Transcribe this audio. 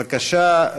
בבקשה,